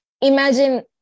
imagine